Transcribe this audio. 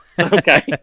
Okay